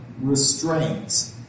restraints